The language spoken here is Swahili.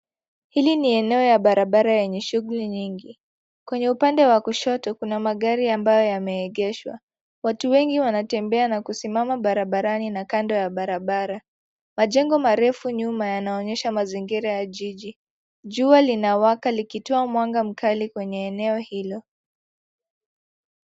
Hii ni eneo ya barabara yenye shughuli nyingi. Kwenye upande wa kushoto kuna magari ambayo yameegeshwa. Watu wengi wanatembea na kusimama barabarani na kando ya barabara. Majengo marefu nyuma yanaonyesha mazingira ya jiji. Jua linawaka likitoa mwanga mkali kwenye eneo hilo.